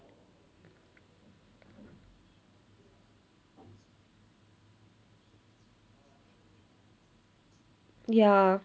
ya